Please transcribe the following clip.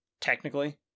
technically